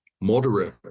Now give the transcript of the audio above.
moderate